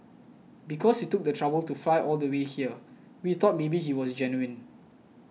because he took the trouble to fly all the way here we thought maybe he was genuine